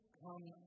come